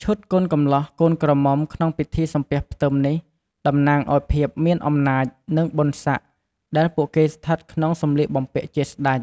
ឈុតកូនកំលោះ កូនក្រមុំ ក្នុងពិធីសំពះផ្ទឹមនេះតំណាងឲ្យភាពមានអំណាច និងបុណ្យស័ក្កិ ដែលពួកគេស្ថិតក្នុងសម្លៀកបំពាក់ជាស្តេច។